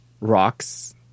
rocks